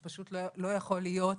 זה פשוט לא יכול להיות.